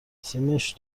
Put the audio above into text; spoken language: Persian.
سیمش